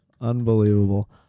unbelievable